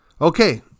okay